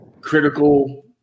critical